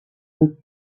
and